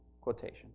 quotation